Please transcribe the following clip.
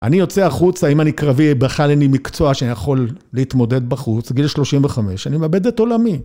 אם יוצא החוצה אם אני קרבי בכלל אין לי מקצוע שאני יכול להתמודד בחוץ. גיל 35, אני מאבד את עולמי.